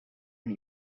and